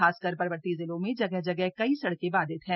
खासकर पर्वतीय जिलों में जगह जगह कई सड़कें बाधित हैं